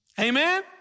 Amen